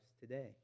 today